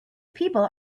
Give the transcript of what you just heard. people